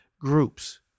groups